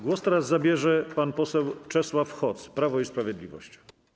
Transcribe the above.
Głos teraz zabierze pan poseł Czesław Hoc, Prawo i Sprawiedliwość.